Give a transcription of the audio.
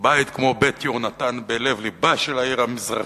בית כמו "בית יהונתן" בלב לבה של העיר המזרחית,